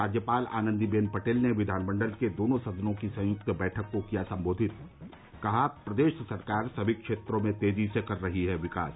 राज्यपाल आनंदीबेन पटेल ने विधानमंडल के दोनों सदनों की संयुक्त बैठक को किया सम्बोधित कहा प्रदेश सरकार सभी क्षेत्रों में तेजी से कर रही है विकास